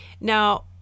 Now